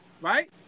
right